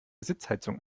sitzheizung